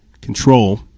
control